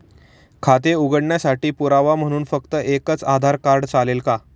खाते उघडण्यासाठी पुरावा म्हणून फक्त एकच आधार कार्ड चालेल का?